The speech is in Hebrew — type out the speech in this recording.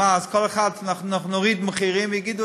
אז אנחנו נוריד מחירים וכל אחד יגיד: